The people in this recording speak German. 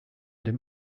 dem